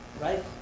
right